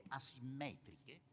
asimmetriche